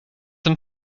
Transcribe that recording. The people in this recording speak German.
sind